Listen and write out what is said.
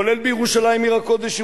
כולל בירושלים עיר הקודש,